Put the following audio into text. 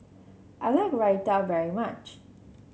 I like Raita very much